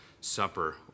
Supper